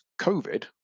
COVID